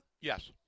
Yes